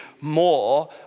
more